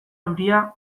euria